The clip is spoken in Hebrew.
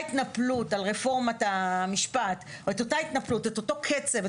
ההתנפלות על רפורמת המשפט או אותו קצב,